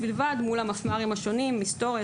בלבד מול המפמ"רים השונים היסטוריה,